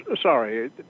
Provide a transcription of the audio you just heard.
Sorry